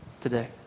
today